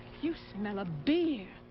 you smell of beer.